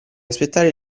aspettare